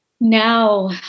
now